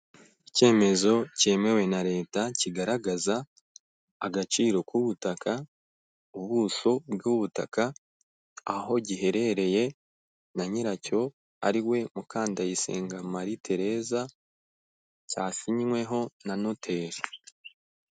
Icyemezo cyemewe na Leta kigaragaza agaciro k'ubutaka, ubuso bw'ubutaka, aho giherereye, na nyiracyo ariwe Mukandayisenga marie theresa cyasinyweho na noteri.